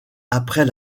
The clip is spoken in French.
après